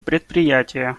предприятия